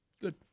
Good